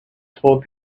told